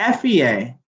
FEA